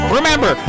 Remember